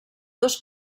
dos